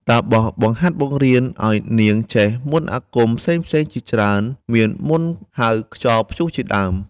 តាបស បង្ហាត់បង្រៀនឱ្យនាងចេះមន្តអាគមផ្សេងៗជាច្រើន មានមន្តហៅខ្យល់ព្យុះជាដើម ។